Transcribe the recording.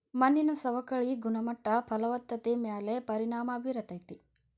ಮಣ್ಣಿನ ಸವಕಳಿ ಗುಣಮಟ್ಟ ಫಲವತ್ತತೆ ಮ್ಯಾಲ ಪರಿಣಾಮಾ ಬೇರತತಿ